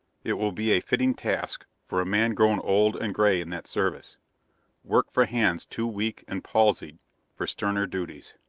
it will be a fitting task for a man grown old and gray in that service work for hands too weak and palsied for sterner duties.